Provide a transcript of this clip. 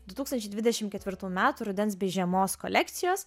du tūkstančiai dvidešim ketvirtų metų rudens bei žiemos kolekcijos